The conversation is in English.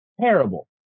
Terrible